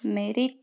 மெரிக்